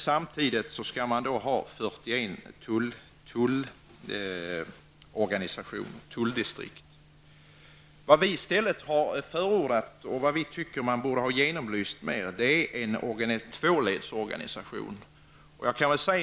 Samtidigt skall man ha 41 tulldistrikt. Vi förordar i stället en tvåledsorganisation.